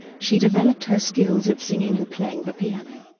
she developed her skills at singing and playing the piano.